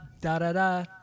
da-da-da